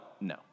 no